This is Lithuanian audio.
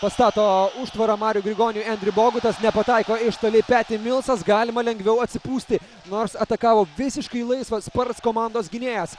pastato užtvarą mariui grigoniui endriu bogutas nepataiko iš toli peti milsas galima lengviau atsipūsti nors atakavo visiškai laisvas spurs komandos gynėjas